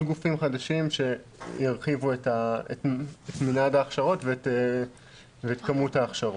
גופים חדשים שירחיבו את מנעד ההכשרות ואת כמות ההכשרות.